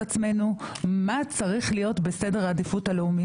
עצמנו מה צריך להיות בסדר העדיפות הלאומי.